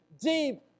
deep